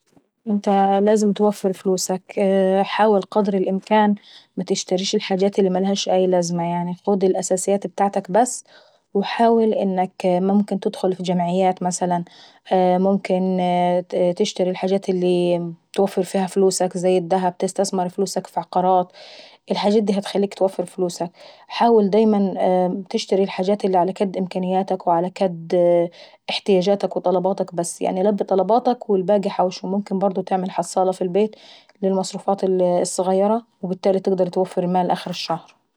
انت لازم توفر فلوسك حاول قدر الإمكان متشتريش الحاجات اللي مالهاش لازمة. حاول قدر الإمكان تدخل اف جمعيات مثلا، ممكن مثلا تشتري الحاجات اللي توفر فيها فلوسك زي الدهب وتستثمر في العقارات. الحاجات دي هتخليك اتوفر فلوسك، حاول دايما تشتري الحاجات اللي على كدا امكانياتك واللي على كدا طلباتك. ممكن برضه تعمل حصالة في البيت للمصروفات الظغيرة وبالتالي ممكن اتوفر مال لاخر الشهر..